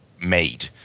made